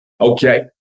okay